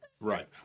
Right